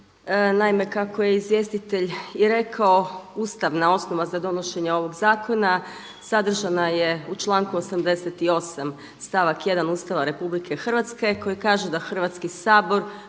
Naime, kako je izvjestitelj i rekao ustavna osnova za donošenja ovog zakona sadržana je u članku 88. stavak 1. Ustava Republike Hrvatske koji kaže da Hrvatski sabor